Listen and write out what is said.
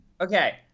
Okay